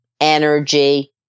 energy